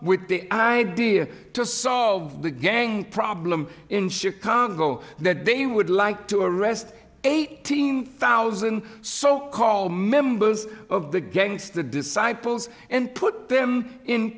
with the idea to solve the gang problem in chicago that they would like to arrest eighteen thousand so call members of the gangster disciples and put them in